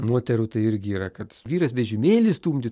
moterų tai irgi yra kad vyras vežimėlį stumdytų